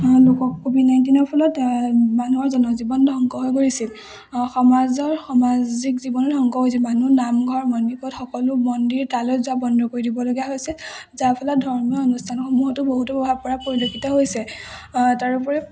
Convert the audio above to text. লোকক ক'ভিড নাইণ্টিনৰ ফলত মানুহৰ জনজীৱন ধ্বংস হৈ গৈছিল সমাজৰ সামাজিক জীৱনত ধ্বংস হৈছিল মানুহ নামঘৰ সকলো মন্দিৰ তালৈ যোৱা বন্ধ কৰি দিবলগীয়া হৈছিল যাৰ ফলত ধৰ্মীয় অনুষ্ঠানসমূহতো বহুতো প্ৰভাৱ পৰা পৰিলক্ষিত হৈছে তাৰোপৰি